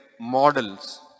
models